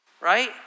right